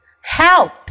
help